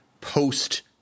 post